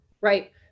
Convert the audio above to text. right